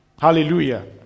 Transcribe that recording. Hallelujah